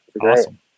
Awesome